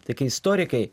tai kai istorikai